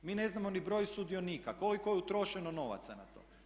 Mi ne znamo ni broj sudionika, koliko je utrošeno novaca na to.